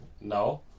no